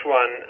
one